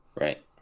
Right